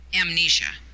amnesia